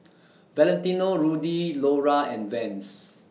Valentino Rudy Lora and Vans